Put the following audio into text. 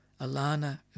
Alana